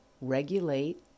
regulate